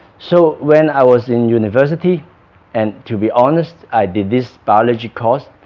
so when i was in university and to be honest i did this biology course